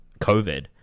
COVID